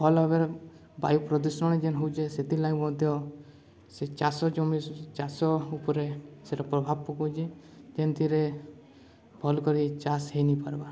ଭଲ ଭାବରେ ବାୟୁ ପ୍ରଦୂଷଣ ଯେନ୍ ହେଉଛେ ସେଥିର୍ ଲାଗି ମଧ୍ୟ ସେ ଚାଷ ଜମି ଚାଷ ଉପରେ ସେଇଟା ପ୍ରଭାବ ପକଉଛି ଯେନ୍ଥିରେ ଭଲ୍ କରି ଚାଷ ହେଇ ନି ପାର୍ବା